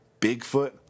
Bigfoot